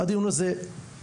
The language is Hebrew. הדיון הזה בעיניי,